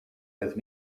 with